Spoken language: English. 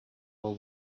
will